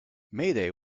mayday